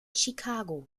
chicago